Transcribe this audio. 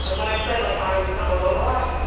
like when i said like i'm i'm alone a lot,